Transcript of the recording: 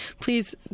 please